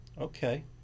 okay